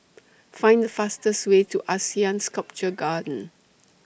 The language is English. Find The fastest Way to Asean Sculpture Garden